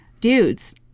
dudes